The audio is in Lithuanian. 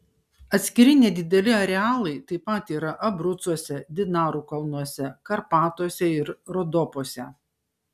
atskiri nedideli arealai taip pat yra abrucuose dinarų kalnuose karpatuose ir rodopuose